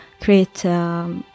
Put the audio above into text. create